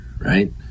right